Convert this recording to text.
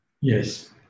Yes